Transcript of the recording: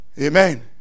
Amen